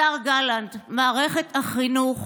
השר גלנט, מערכת החינוך